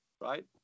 Right